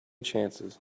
chances